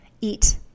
eat